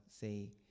say